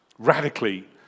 radically